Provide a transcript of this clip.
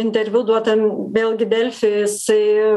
interviu duotam vėlgi delfi jisai